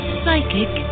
psychic